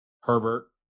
Herbert